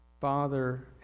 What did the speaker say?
father